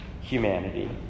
humanity